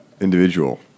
individual